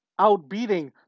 outbeating